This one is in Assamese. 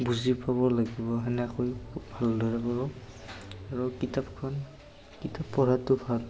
বুজি পাব লাগিব তেনেকৈ ভালদৰে ব আৰু কিতাপখন কিতাপ পঢ়াটো ভাল